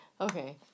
Okay